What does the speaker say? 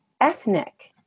ethnic